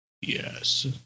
Yes